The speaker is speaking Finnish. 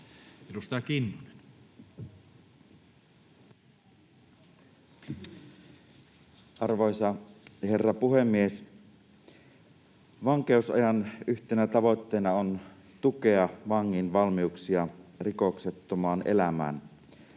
17:19 Content: Arvoisa herra puhemies! Vankeusajan yhtenä tavoitteena on tukea vangin valmiuksia rikoksettomaan elämään.